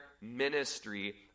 ministry